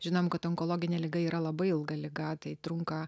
žinom kad onkologinė liga yra labai ilga liga tai trunka